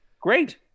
Great